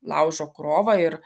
laužo krovą ir